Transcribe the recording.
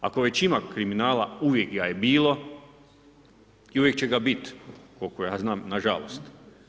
Ako već ima kriminala, uvijek ga je bilo i uvijek će ga bit, koliko ja znam, nažalost.